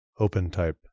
OpenType